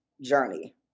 journey